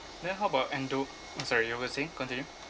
then how about endow~ oh sorry you were saying continue